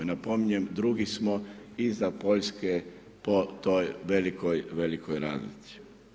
Napominjem, drugi smo iza Poljske po toj velikoj, velikoj razlici.